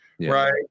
Right